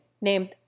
named